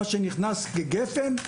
מה שנכנס ל"גפן",